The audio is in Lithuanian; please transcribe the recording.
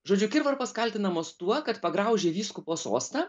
žodžiu kirvarpos kaltinamos tuo kad pagraužė vyskupo sostą